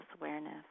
awareness